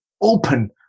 open